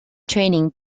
training